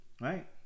right